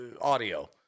audio